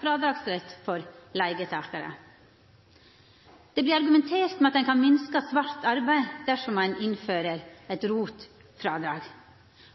frådragsrett for leigetakarar. Det vert argumentert med at ein kan minska svart arbeid dersom ein innfører eit ROT-frådrag,